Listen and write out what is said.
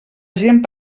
gent